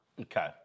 Okay